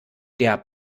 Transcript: der